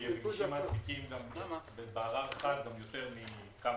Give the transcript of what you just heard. כי מגישים מעסיקים בערר אחד גם יותר מכמה